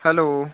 hello